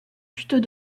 plutôt